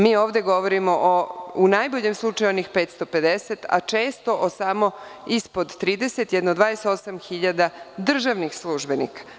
Mi ovde govorimo o, u najboljem slučaju, onih 550 a često o samo ispod 30, jedno 28.000 državnih službenika.